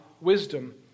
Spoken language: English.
wisdom